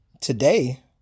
Today